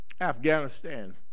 Afghanistan